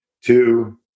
two